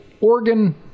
organ